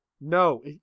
no